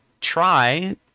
try